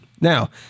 Now